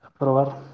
probar